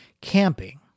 Camping